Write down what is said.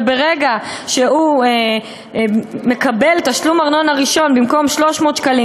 וברגע שהוא מקבל בתשלום ארנונה ראשון במקום 300 שקלים,